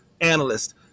analyst